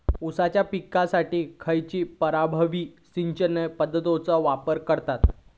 ऊसाच्या पिकासाठी खैयची प्रभावी सिंचन पद्धताचो वापर करतत?